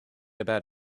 about